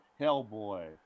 Hellboy